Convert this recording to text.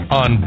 on